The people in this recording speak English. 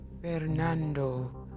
Fernando